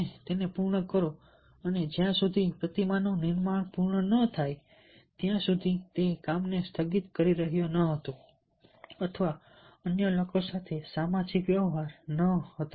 અને તેને પૂર્ણ કરો અને જ્યાં સુધી પ્રતિમાનું નિર્માણ પૂર્ણ ન થાય ત્યાં સુધી તે કામ ને સ્થગિત કરી રહ્યો ન હતો અથવા અન્ય લોકો સાથે સામાજિક વ્યવહાર કરતો ન હતો